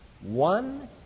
One